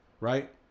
right